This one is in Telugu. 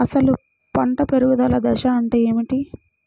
అసలు పంట పెరుగుదల దశ అంటే ఏమిటి?